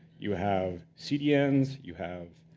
you have cdns. you have